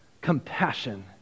compassion